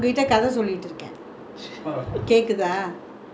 தெரியுமா நா வளந்த எடொ எங்க அப்பா அம்மா எப்டினு:teriyuma naa valantha edo engga appa amma epdinu